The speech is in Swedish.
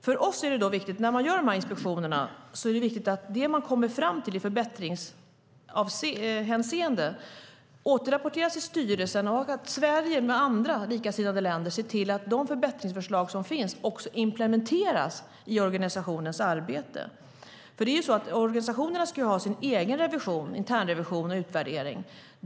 För oss är det viktigt att det man kommer fram till i förbättringshänseende när man gör inspektionerna återrapporteras till styrelsen och att Sverige med andra likasinnade länder ser till att de förbättringsförslag som finns också implementeras i organisationens arbete. Organisationerna ska ju ha sin egen revision - internrevision - och utvärdering.